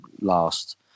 last